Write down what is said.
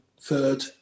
third